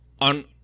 on